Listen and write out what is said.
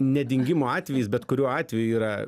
ne dingimo atvejis bet kuriuo atveju yra